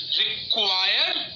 required